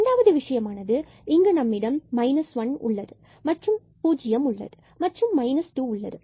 இரண்டாவது விஷயமானது இங்கு நம்மிடம் 1 உள்ளது மற்றும் ஜீரோ 0 உள்ளது மற்றும் 2 உள்ளது